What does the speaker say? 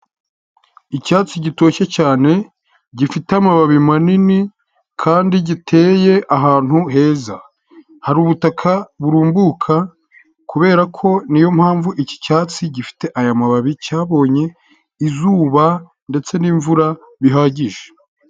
Icyatsi gitoshye cyane gifite amababi manini kandi giteye ahantu heza. Hari ubutaka burumbuka kubera ko niyo mpamvu iki cyatsi gifite aya mababi cyabonye izuba ndetse n'imvura bihagije.